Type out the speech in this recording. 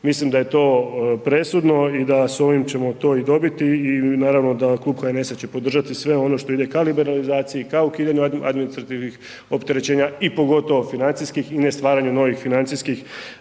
Mislim da je to presudno i da s ovim ćemo to i dobiti i naravno da klub HNS-a će podržati sve ono što ide ka liberalizaciji, ka ukidanju administrativnih opterećenja i pogotovo financijskih i ne stvaranju novih financijskih